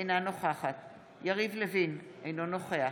אינה נוכחת יריב לוין, אינו נוכח